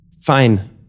Fine